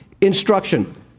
instruction